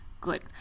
Good